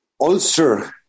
Ulster